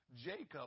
Jacob